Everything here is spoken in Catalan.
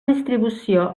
distribució